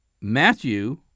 Matthew